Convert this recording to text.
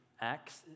acts